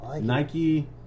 Nike